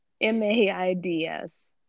M-A-I-D-S